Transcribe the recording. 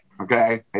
okay